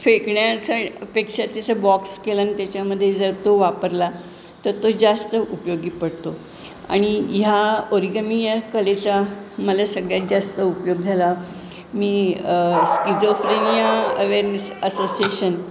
फेकण्याच्या पेक्षा त्याचा बॉक्स केलं आणि त्याच्यामध्ये जर तो वापरला तर तो जास्त उपयोगी पडतो आणि ह्या ओरिगमी या कलेचा मला सगळ्यात जास्त उपयोग झाला मी स्किजोफ्रेनिया अवेअरनेस असोसिएशन